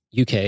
UK